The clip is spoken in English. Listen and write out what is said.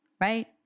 Right